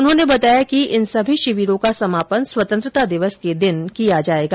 उन्होने बताया कि इन सभी शिविरों का समापन स्वतंत्रता दिवस के दिन किया जायेगा